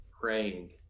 praying